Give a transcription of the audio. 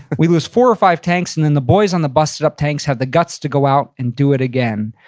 we lose four or five tanks, and then the boys on the busted up tanks have the guts to go out and do it again.